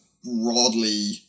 broadly